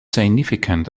significant